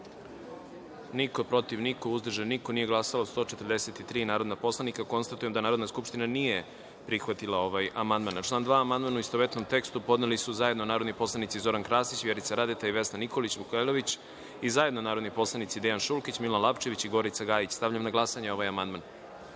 dva, protiv – niko, uzdržanih – nema, nisu glasala 142 narodna poslanika. Konstatujem da Narodna skupština nije prihvatila ovaj amandman. Na član 5. amandman u istovetnom tekstu podneli su zajedno narodni poslanik Zoran Krasić, Vjerica Radeta i Marina Ristić i zajedno narodni poslanici Dejan Šulkić, Milan Lapčević i Gorica Gajić. Stavljam na glasanje. Zaključujem